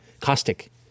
caustic